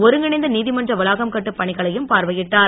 ஒருங்கிணைந்த நீதிமன்ற வளாகம் கட்டும் பணிகளையும் பார்வையிட்டார்